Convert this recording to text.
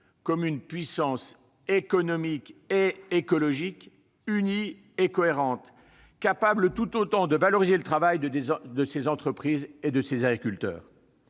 comme une puissance économique et écologique unie et cohérente, capable de valoriser le travail de ses entreprises et de ses agriculteurs.